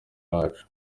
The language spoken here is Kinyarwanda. wacu